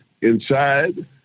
inside